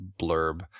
blurb